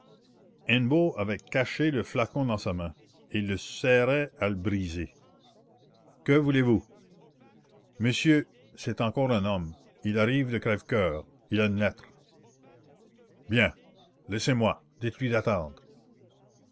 avait caché le flacon dans sa main et il le serrait à le briser que voulez-vous monsieur c'est encore un homme il arrive de crèvecoeur il a une lettre bien laissez-moi dites-lui d'attendre